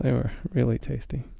and were really tasty